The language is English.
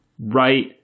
right